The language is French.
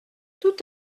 tout